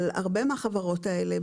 אבל הרבה מהחברות האלה,